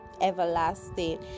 everlasting